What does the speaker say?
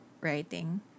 writing